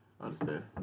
understand